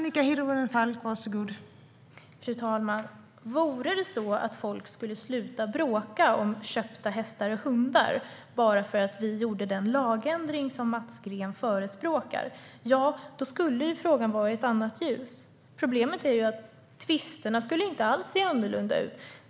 Fru talman! Vore det så att folk skulle sluta bråka om köpta hästar och hundar bara för att vi gjorde den lagändring som Mats Green förespråkar skulle saken stå i ett annat ljus. Men problemet är att tvisterna inte skulle se annorlunda ut.